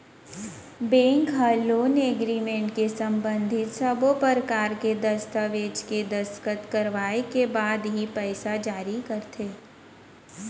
bank ह loan agreement ले संबंधित सब्बो परकार के दस्ताबेज के दस्कत करवाए के बाद ही पइसा जारी करथे